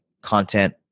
content